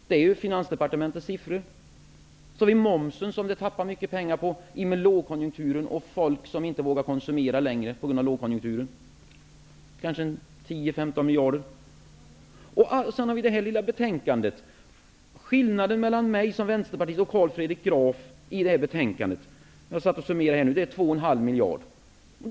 Det är Finansdepartementets siffror. Så har vi momsen som ni tappade mycket pengar på i och med lågkonjunkturen och i och med att folk på grund av den inte längre vågar konsumera. Där har vi kanske 10--15 miljarder. Sedan har vi förslaget i det här lilla betänkandet. Skillnaden mellan det jag som vänsterpartist föreslår och det som Carl Fredrik Graf står för i det här betänkandet är ungefär 2,5 miljarder.